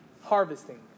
harvesting